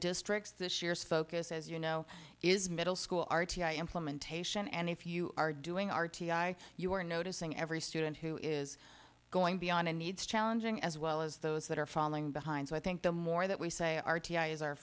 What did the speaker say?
districts this year's focus as you know is middle school r t i implementation and if you are doing r t i you are noticing every student who is going beyond and needs challenging as well as those that are falling behind so i think the more that we say r t i is our